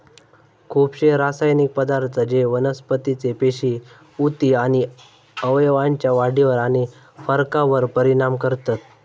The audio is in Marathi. खुपशे रासायनिक पदार्थ जे वनस्पतीचे पेशी, उती आणि अवयवांच्या वाढीवर आणि फरकावर परिणाम करतत